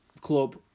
club